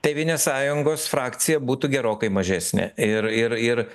tėvynės sąjungos frakcija būtų gerokai mažesnė ir ir ir